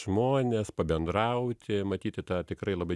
žmones pabendrauti matyti tą tikrai labai